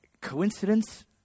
Coincidence